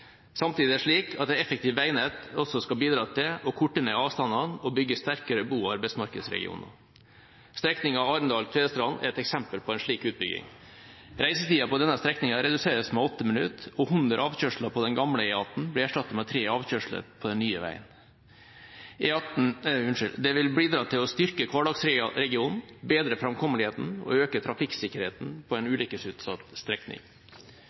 Samtidig er det slik at et effektivt veinett også skal bidra til å korte ned avstandene og bygge sterkere bo- og arbeidsmarkedsregioner. Strekningen Arendal–Tvedestrand er et eksempel på en slik utbygging. Reisetida på denne strekningen reduseres med 8 minutter, og 100 avkjørsler på den gamle E18 blir erstattet med 3 avkjørsler på den nye veien. Det vil bidra til å styrke hverdagsregionen, bedre framkommeligheten og øke trafikksikkerheten på en ulykkesutsatt strekning.